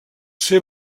ser